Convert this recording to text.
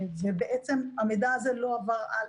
בעצם המידע על הליקויים האלה לא עבר הלאה.